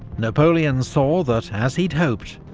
napoleon saw that as he'd hoped,